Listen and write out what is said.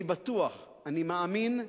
אני בטוח, אני מאמין,